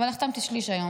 אבל החתמתי שליש היום,